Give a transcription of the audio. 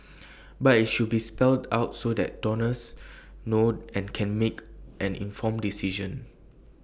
but IT should be spelled out so that donors know and can make an informed decision